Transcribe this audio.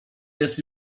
jest